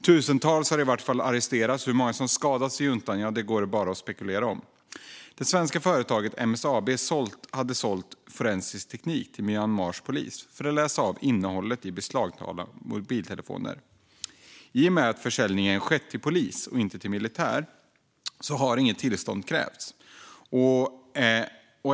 Tusentals människor har arresterats, och hur många som skadats av juntan går bara att spekulera om. Det svenska företaget MSAB har sålt forensisk teknik för att läsa av innehåll i beslagtagna mobiltelefoner till Myanmars polis. I och med att försäljningen skett till polis och inte till militär har inget tillstånd krävts.